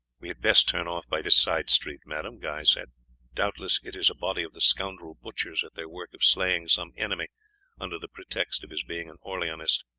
we had best turn off by this side street, madame, guy said doubtless it is a body of the scoundrel butchers at their work of slaying some enemy under the pretext of his being an orleanist.